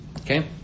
Okay